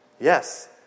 Yes